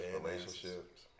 relationships